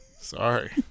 Sorry